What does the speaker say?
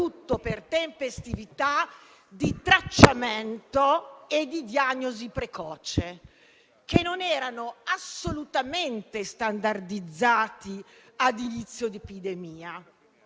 per tempestività di tracciamento e di diagnosi precoce, che non erano assolutamente standardizzati all'inizio dell'epidemia.